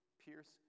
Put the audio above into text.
pierce